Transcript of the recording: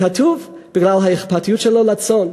כתוב: בגלל האכפתיות שלו לצאן,